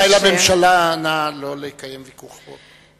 חברי הממשלה, נא לא לקיים ויכוח פה.